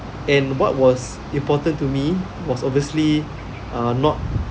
and what was important to me was obviously uh not